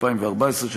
התשע"ד 2014,